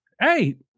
Hey